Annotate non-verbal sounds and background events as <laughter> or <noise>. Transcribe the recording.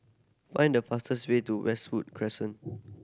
find the fastest way to Westwood Crescent <noise>